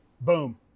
boom